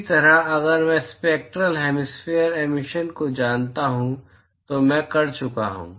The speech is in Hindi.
इसी तरह अगर मैं स्पेक्ट्रल हेमिस्फेरिकल एमिशन को जानता हूं तो मैं कर चुका हूं